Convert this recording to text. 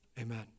amen